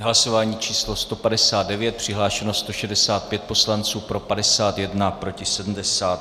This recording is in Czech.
Hlasování číslo 159, přihlášeno 165 poslanců, pro 51, proti 70.